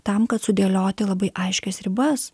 tam kad sudėlioti labai aiškias ribas